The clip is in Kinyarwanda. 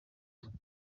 maduro